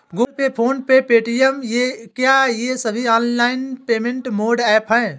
Google Pay PhonePe और Paytm क्या ये सभी ऑनलाइन पेमेंट मोड ऐप हैं?